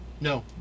No